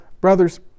brothers